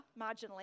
marginally